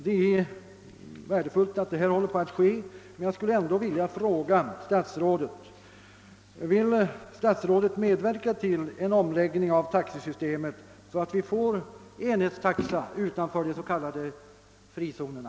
Det är värdefullt att dessa arbeten pågår men jag skulle ändå vilja fråga statsrådet: Vill statsrådet medverka till en omläggning av taxesystemet så att vi får enhetstaxa utanför de s.k. frizonerna?